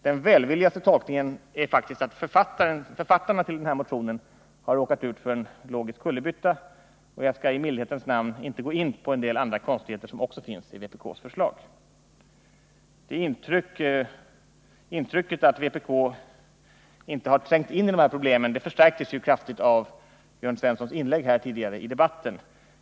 Den välvilligaste tolkningen är faktiskt att författarna till den här motionen har råkat ut för en logisk kullerbytta, och jag skall därför i mildhetens namn inte gå in på en del andra konstigheter som också finns i vpk:s förslag. Intrycket att vpk inte har trängt in i de här problemen förstärktes kraftigt av Jörn Svenssons inlägg tidigare i debatten.